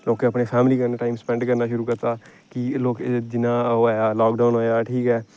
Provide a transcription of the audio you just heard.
लोकें अपने फैमली कन्नै टाइम सपेंड करना शुरू कीता कि लोकें जियां ओह् आया लाकडाउन आया ठीक ऐ